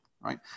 right